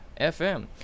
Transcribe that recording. FM